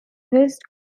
west